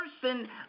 person